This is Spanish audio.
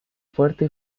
fuerte